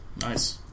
Nice